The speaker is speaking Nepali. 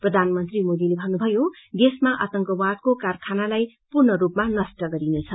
प्रधानमन्त्री मोदीले भन्नुभयो देशमा आतंकवादको कारखानालाई पूर्णस्तपमा नष्ट गरिनछ